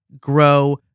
Grow